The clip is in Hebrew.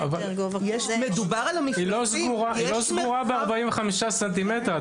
היא לא סגורה ב-45 סנטימטרים.